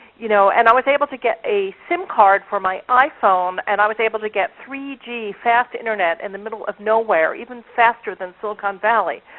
you know, and i was able to get a sim card for my iphone, and i was able to get three g fast internet in the middle of nowhere, even faster than silicon valley.